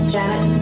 Janet